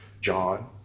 John